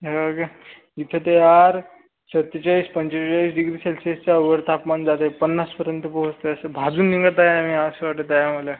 हो का इथं तर यार सत्तेचाळीस पंचेचाळीस डिग्री सेल्सिअसच्यावर तापमान जाते पन्नासपर्यंत पोहोचतं असं भाजून निघत आहे आम्ही असं वाटत आहे आम्हाला